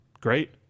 great